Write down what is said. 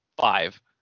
five